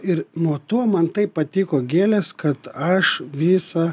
ir nuo to man taip patiko gėlės kad aš visą